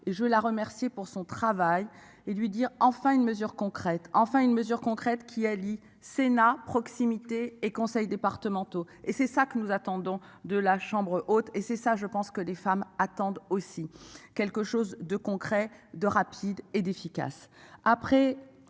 et je l'a remercié pour son travail et lui dire enfin une mesure concrète, enfin une mesure concrète qui allie Sénat proximité et conseils départementaux et c'est ça que nous attendons de la chambre haute et c'est ça je pense que les femmes attendent aussi quelque chose de concret de rapide et d'efficace